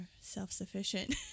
self-sufficient